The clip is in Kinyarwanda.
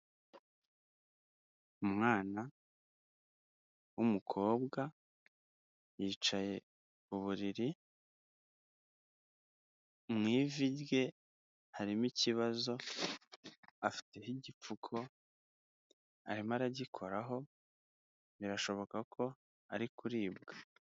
Umwana w'umukobwa yicaye ku buriri, mu ivi rye harimo ikibazo afiteho igipfuko arimo aragikoraho birashoboka ko ari kuribwa.